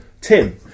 Tim